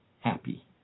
happy